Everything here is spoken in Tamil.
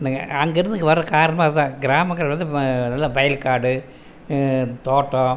அங்கேயிருந்து இங்கே வர காரணமும் அதுதான் கிராமங்கள் வந்து வ நல்ல வயல்காடு தோட்டம்